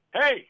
Hey